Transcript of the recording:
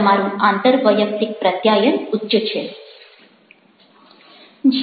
તમારું આંતરવૈયક્તિક પ્રત્યાયન ઉચ્ચ છે